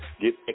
get